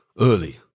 early